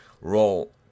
role